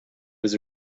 was